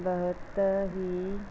ਬਹੁਤ ਹੀ